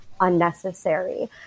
unnecessary